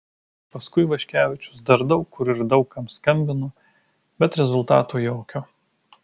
paskui vaškevičius dar daug kur ir daug kam skambino bet rezultato jokio